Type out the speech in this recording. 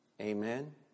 Amen